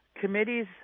committees